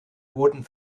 wurden